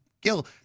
Gil